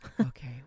Okay